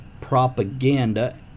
propaganda